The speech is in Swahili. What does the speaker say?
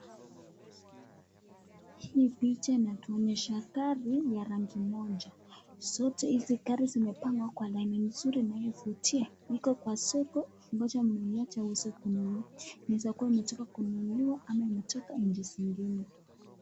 Hii picha inatunyesha gari ya rangi moja. Sote hizi gari zimepangwa kwa laini nzuri inayovutia, ziko kwa soko ambacho...anaweza kununua, inaweza kuwa ametoka kununuliwa ama inataka ...